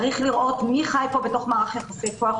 צריך לראות מי חי פה בתוך מערך יחסי הכוח,